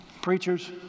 Preachers